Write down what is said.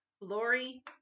Lori